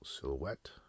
silhouette